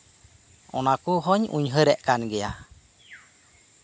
ᱚᱱᱟ ᱠᱚ ᱦᱚᱧ ᱩᱭᱦᱟᱹᱨᱮᱫ ᱠᱟᱱ ᱜᱮᱭᱟ